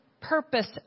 purpose